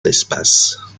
l’espace